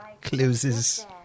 Closes